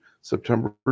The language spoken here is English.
September